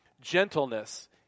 Gentleness